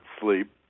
sleep